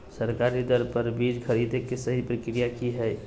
सरकारी दर पर बीज खरीदें के सही प्रक्रिया की हय?